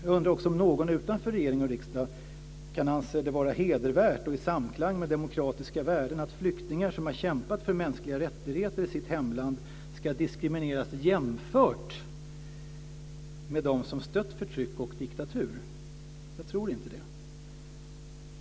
Jag undrar också om någon utanför regering och riksdag kan anse det hedervärt och i samklang med demokratiska värden att flyktingar som har kämpat för mänskliga rättigheter i sitt hemland ska diskrimineras jämfört med dem som stött förtryck och diktatur. Jag tror inte det.